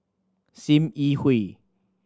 Sim Yi Hui